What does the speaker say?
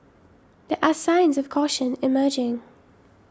there are signs of caution emerging